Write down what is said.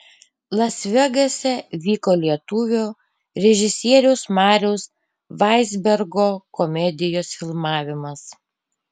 las vegase vyko lietuvio režisieriaus mariaus vaizbergo komedijos filmavimas